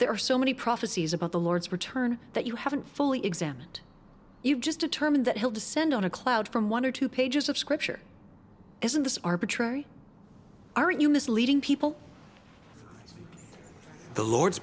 there are so many prophecies about the lord's return that you haven't fully examined you've just determined that he'll descend on a cloud from one or two pages of scripture isn't this arbitrary are you misleading people the lord's